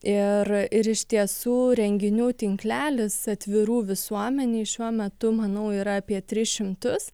ir ir iš tiesų renginių tinklelis atvirų visuomenei šiuo metu manau yra apie tris šimtus